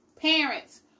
parents